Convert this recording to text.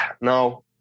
no